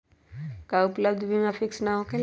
का उपलब्ध बीमा फिक्स न होकेला?